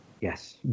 Yes